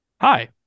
Hi